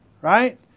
right